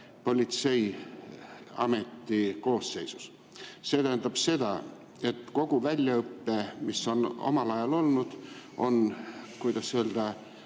politseiameti koosseisus. See tähendab seda, et kogu väljaõpe, mis on omal ajal olnud, on, kuidas öelda,